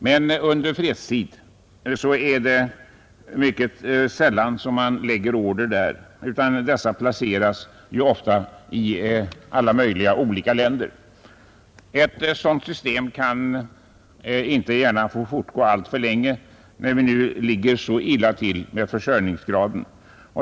Men under fredstid lägger man sällan order där, utan dessa placeras ofta i alla möjliga olika länder. Ett sådant system kan inte gärna få fortgå alltför länge, när vi nu ligger så illa till när det gäller försörjningsgraden.